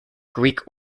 greek